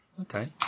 Okay